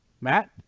matt